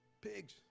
pigs